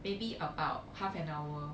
maybe about half an hour